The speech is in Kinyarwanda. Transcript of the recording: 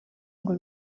ngo